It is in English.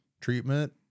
treatment